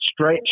stretch